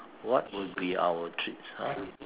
what would be our treats !huh!